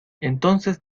entonces